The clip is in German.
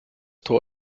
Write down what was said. tor